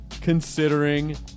considering